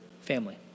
family